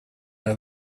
that